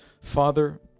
Father